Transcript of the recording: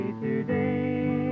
today